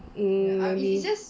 mm